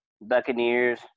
Buccaneers